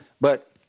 but-